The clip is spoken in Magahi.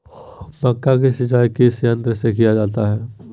मक्का की सिंचाई किस यंत्र से किया जाता है?